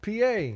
PA